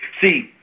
See